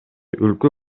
өлкө